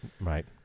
Right